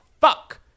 fuck